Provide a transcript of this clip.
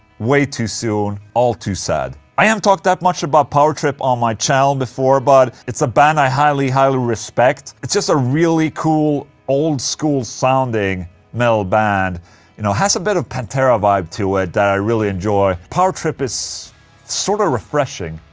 way too soon, all too sad i haven't um talked that much about power trip on my channel before, but. it's a band i highly highly respect it's just a really cool old school sounding metal band you know, it has a bit of pantera vibe to it that i really enjoy power trip is sort of refreshing,